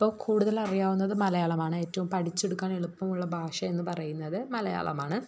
അപ്പോൾ കൂടുതൽ അറിയാവുന്നത് മലയാളമാണേറ്റോം പഠിച്ചെടുക്കാൻ എളുപ്പമുള്ള ഭാഷ എന്ന് പറയുന്നത് മലയാളമാണ്